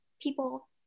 people